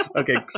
okay